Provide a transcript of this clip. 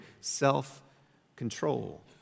self-control